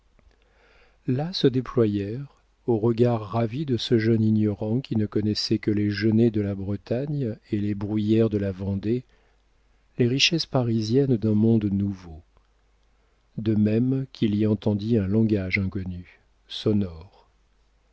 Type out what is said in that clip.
là se déployèrent aux regards ravis de ce jeune ignorant qui ne connaissait que les genêts de la bretagne et les bruyères de la vendée les richesses parisiennes d'un monde nouveau de même qu'il y entendit un langage inconnu sonore